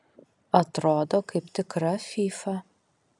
atrodo kaip tikra fyfa